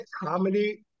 comedy